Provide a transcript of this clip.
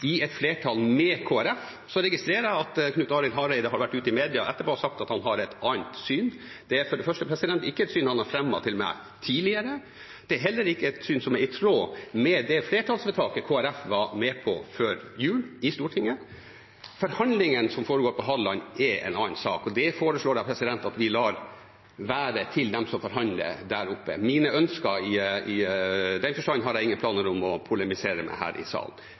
flertall med Kristelig Folkeparti. Så registrerer jeg at Knut Arild Hareide har vært ute i media etterpå og sagt at han har et annet syn. Det er for det første ikke et syn han har fremmet for meg tidligere. Det er heller ikke et syn som er i tråd med det flertallsvedtaket Kristelig Folkeparti var med på i Stortinget før jul. Forhandlingene som foregår på Hadeland, er en annen sak. Det foreslår jeg at vi lar være for dem som forhandler der oppe. Mine ønsker i den forstand har jeg ingen planer om å polemisere om her i salen.